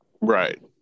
Right